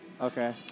Okay